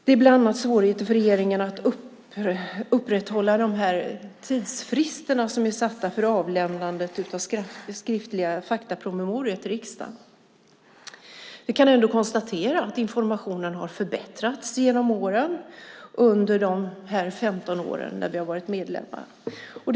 Det är bland annat svårigheter för regeringen att upprätthålla de tidsfrister som är satta för avlämnandet av skriftliga faktapromemorior till riksdagen. Vi kan ändå konstatera att informationen har förbättrats genom åren under de 15 år som vi har varit medlemmar i EU.